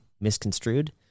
misconstrued